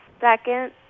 second